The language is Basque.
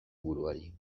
buruari